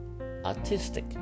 artistic